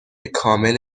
کامل